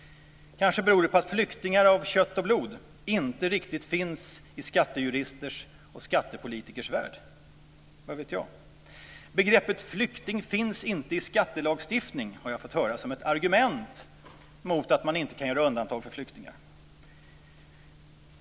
Kanske beror det på att flyktingar av kött och blod inte riktigt finns i skattejuristers och skattepolitikers värld - vad vet jag. Begreppet flykting finns inte i skattelagstiftningen, har jag fått höra som ett argument mot att man inte kan göra undantag för flyktingar.